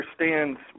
understands